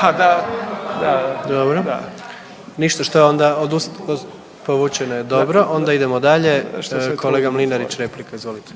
**Jandroković, Gordan (HDZ)** Ništa, što onda, povučeno je dobro. Onda idemo dalje, kolega Mlinarić replika. Izvolite.